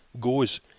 goes